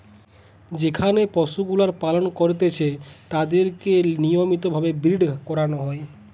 যেখানে পশুগুলার পালন করতিছে তাদিরকে নিয়মিত ভাবে ব্রীড করানো হয়